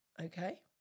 okay